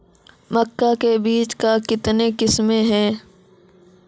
मक्का के बीज का कितने किसमें हैं?